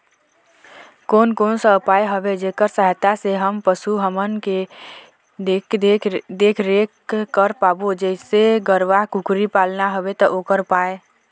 कोन कौन सा उपाय हवे जेकर सहायता से हम पशु हमन के देख देख रेख कर पाबो जैसे गरवा कुकरी पालना हवे ता ओकर उपाय?